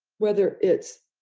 whether it's,